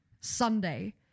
sunday